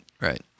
right